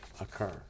occur